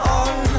on